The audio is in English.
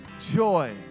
joy